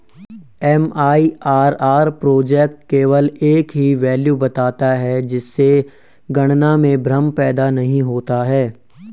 MIRR project केवल एक ही वैल्यू बताता है जिससे गणना में भ्रम पैदा नहीं होता है